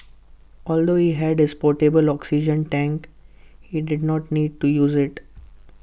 although he had his portable oxygen tank he did not need to use IT